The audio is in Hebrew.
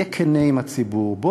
היה כנה עם הציבור, כן.